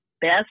best